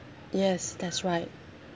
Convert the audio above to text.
yes that's right